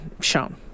shown